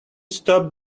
stop